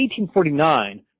1849